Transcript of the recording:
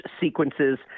sequences